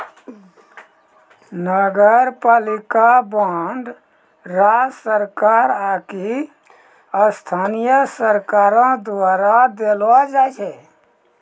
नगरपालिका बांड राज्य सरकार आकि स्थानीय सरकारो द्वारा देलो जाय छै